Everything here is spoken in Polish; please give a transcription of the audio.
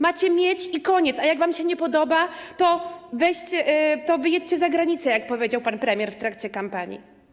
Macie mieć i koniec, a jak wam się nie podoba, to wyjedźcie za granicę, jak powiedział pan premier w trakcie kampanii.